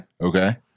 Okay